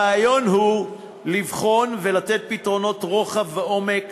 הרעיון הוא לבחון ולתת פתרונות רוחב ועומק,